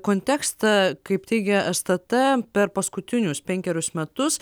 kontekstą kaip teigia stt per paskutinius penkerius metus